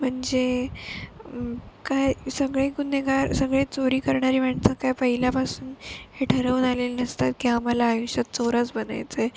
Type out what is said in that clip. म्हणजे काय सगळे गुन्हेगार सगळे चोरी करणारी माणसं काय पहिल्यापासून हे ठरवून आलेले नसतात की आम्हाला आयुष्यात चोरच बनायचं आहे